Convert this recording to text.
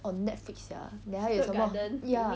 on netflix sia then 还有什么 ya